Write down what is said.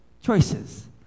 choices